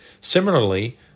Similarly